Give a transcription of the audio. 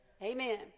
Amen